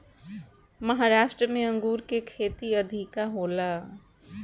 महाराष्ट्र में अंगूर के खेती अधिका होला